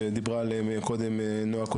שדיברה עליהן קודם נועה.